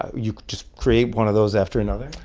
you just create one of those after another?